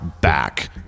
back